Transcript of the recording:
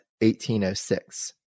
1806